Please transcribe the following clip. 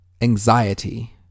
...anxiety